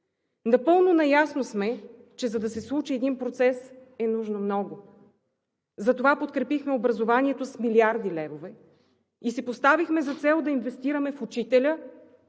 Напълно наясно сме, че за да се случи един процес, е нужно много. Затова подкрепихме образованието с милиарди левове и си поставихме за цел да инвестираме в учителя